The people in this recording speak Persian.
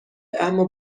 اما